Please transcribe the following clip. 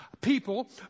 people